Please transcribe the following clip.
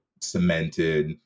cemented